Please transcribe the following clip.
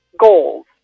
goals